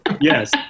Yes